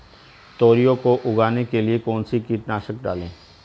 तोरियां को उगाने के लिये कौन सी कीटनाशक डालें?